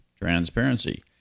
transparency